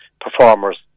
performers